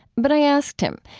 but i asked him,